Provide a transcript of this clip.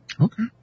Okay